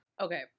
Okay